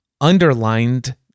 underlined